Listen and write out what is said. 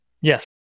Yes